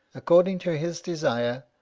accord ing to his desire,